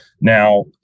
Now